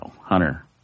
Hunter